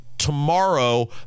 Tomorrow